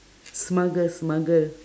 smuggle smuggle